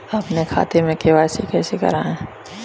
अपने खाते में के.वाई.सी कैसे कराएँ?